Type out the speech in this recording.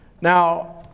Now